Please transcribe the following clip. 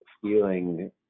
feeling